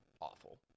awful